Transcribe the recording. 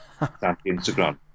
Instagram